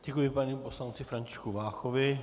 Děkuji panu poslanci Františku Váchovi.